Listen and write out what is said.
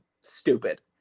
stupid